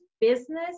business